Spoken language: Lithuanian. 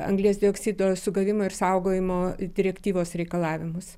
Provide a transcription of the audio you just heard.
anglies dioksido sugavimo ir saugojimo direktyvos reikalavimus